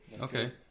Okay